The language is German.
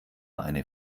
eine